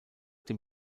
dem